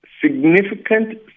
significant